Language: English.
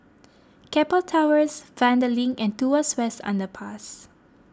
Keppel Towers Vanda Link and Tuas West Underpass